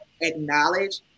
acknowledge